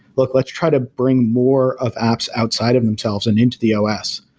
like let's try to bring more of apps outside of themselves and into the os,